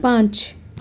पाँच